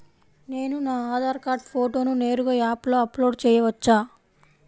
నేను నా ఆధార్ కార్డ్ ఫోటోను నేరుగా యాప్లో అప్లోడ్ చేయవచ్చా?